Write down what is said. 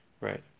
right